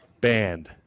Banned